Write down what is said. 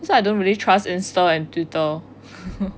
that's why I don't really trust insta and twitter